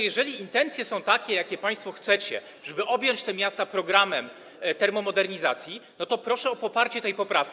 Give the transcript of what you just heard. Jeżeli intencje są takie, że państwo chcecie, żeby objąć te miasta programem termomodernizacji, to proszę o poparcie tej poprawki.